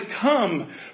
come